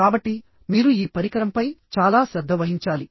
కాబట్టి మీరు ఈ పరికరంపై చాలా శ్రద్ధ వహించాలి